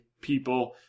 People